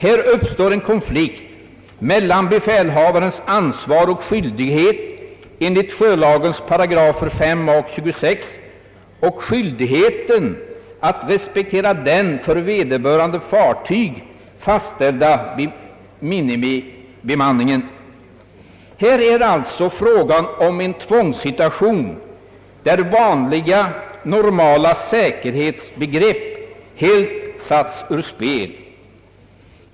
Här uppstår en konflikt mellan befälhavarens ansvar och skyldighet enligt §§ 5 a och 26 sjölagen och skyldigheten att respektera den för vederbörande fartyg fastställda minimibemanningen. Här är alltså fråga om en tvångssituation, där vanliga normala säkerhetsbegrepp helt satts ur spel.